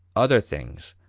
other things,